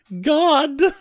god